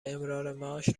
امرارمعاش